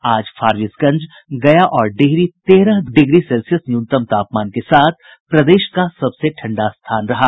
आज फारबिसगंज गया और डिहरी तेरह डिग्री सेल्सियस न्यूनतम तापमान के साथ प्रदेश का सबसे ठंढ़ा स्थान रहा